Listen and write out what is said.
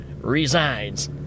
resigns